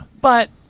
But-